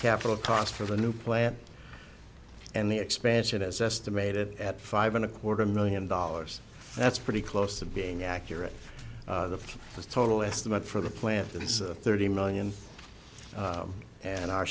capital cost for the new plant and the expansion is estimated at five and a quarter million dollars that's pretty close to being accurate the total estimate for the plant is thirty million and our